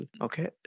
okay